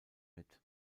mit